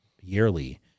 yearly